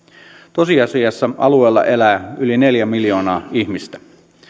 tosiasiassa alueella elää yli neljä miljoonaa ihmistä